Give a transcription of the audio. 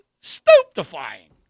stupefying